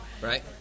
Right